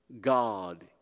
god